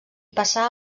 passa